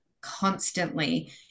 constantly